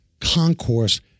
concourse